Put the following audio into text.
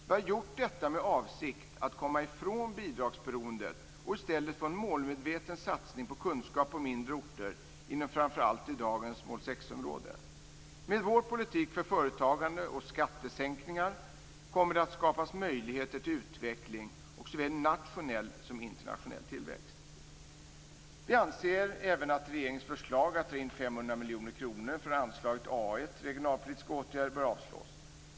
Vi har gjort detta med avsikt att komma ifrån bidragsberoendet och i stället få en målmedveten satsning på kunskap på mindre orter inom framför allt dagens mål 6 område. Med vår politik för företagande och skattesänkningar kommer det att skapas möjlighet till utveckling och såväl nationell som internationell tillväxt. Vi anser även att regeringens förslag att dra in 500 miljoner kronor från anslaget A 1, regionalpolitiska åtgärder, bör avslås.